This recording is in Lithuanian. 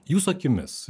jūsų akimis